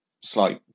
slight